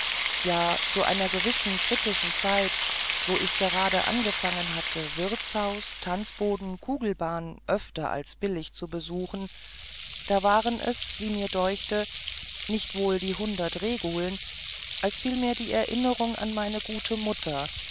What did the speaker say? ja zu einer gewissen kritischen zeit wo ich gerade angefangen hatte wirtshaus tanzboden kugelbahn öfter als billig zu besuchen da waren es wie mir deuchte nicht sowohl die hundert reguln als vielmehr die erinnerung an meine gute mutter